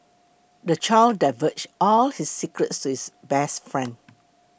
the child divulged all his secrets to his best friend